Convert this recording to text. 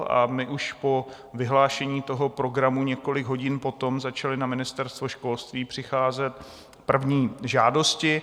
A už po vyhlášení toho programu, několik hodin potom, začaly na Ministerstvo školství přicházet první žádosti.